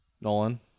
Nolan